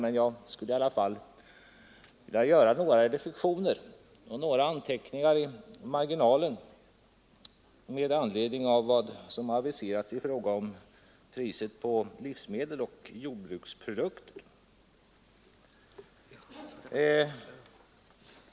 Men jag skulle i alla fall vilja göra några reflexioner och några anteckningar i marginalen med anledning av vad som har aviserats i fråga om priset på livsmedel och jordbruksprodukter.